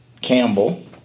Campbell